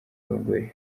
abagore